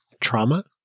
trauma